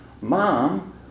Mom